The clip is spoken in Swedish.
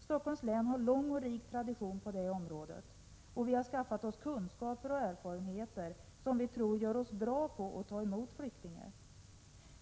Stockholms län har lång och rik tradition på det området, och vi har skaffat oss kunskaper och erfarenheter, som vi tror gör oss bra på att ta emot flyktingar.